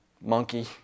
monkey